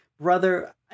brother